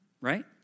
right